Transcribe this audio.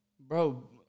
Bro